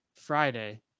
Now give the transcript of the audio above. Friday